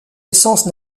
essences